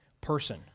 person